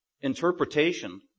Interpretation